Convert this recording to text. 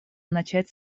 начать